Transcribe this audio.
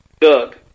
Doug